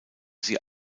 sie